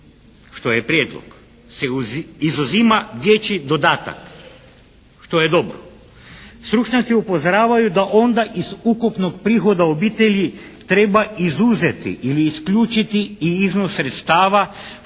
što je prijedlog, se izuzima dječji dodatak, što je dobro, stručnjaci upozoravaju da onda iz ukupnog prihoda u obitelji treba izuzeti ili isključiti i iznos sredstava što i za